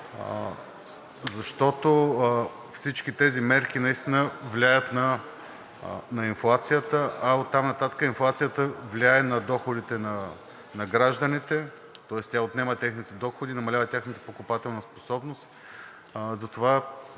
защото всички тези мерки наистина влияят на инфлацията, а оттам нататък инфлацията влияе и на доходите на гражданите, тоест тя отнема техните доходи, намалява тяхната покупателна способност,